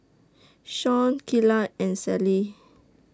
Shon Kaela and Sallie